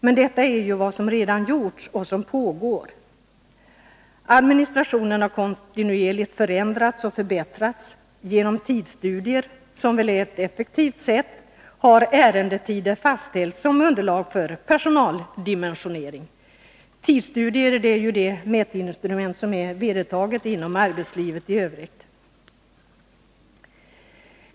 Men detta är ju vad som redan gjorts och som pågår. Administrationen har kontinuerligt förändrats och förbättrats. Genom tidsstudier — som väl är ett effektivt sätt — har ärendetider fastställts som underlag för personaldimensionering. Tidsstudier är ju ett mätinstrument som är vedertaget inom arbetslivet i övrigt.